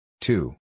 Two